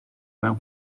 mewn